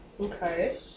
Okay